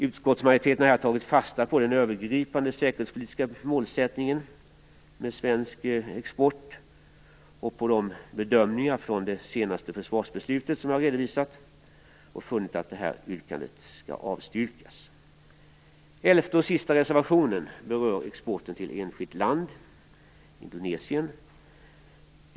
Utskottsmajoriteten har tagit fasta på den övergripande säkerhetspolitiska målsättningen med svensk krigsmaterielexport och på de bedömningar från det senaste försvarsbeslutet som jag har redovisat och funnit att det aktuella yrkandet bör avstyrkas. Den elfte och sista reservationen berör exporten till ett enskilt land, Indonesien.